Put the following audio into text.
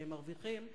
שכשהם מרוויחים,